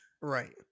right